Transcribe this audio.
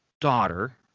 daughter